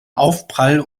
aufprall